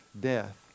death